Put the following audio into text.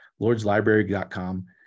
lordslibrary.com